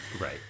Right